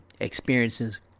experiences